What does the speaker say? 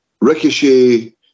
Ricochet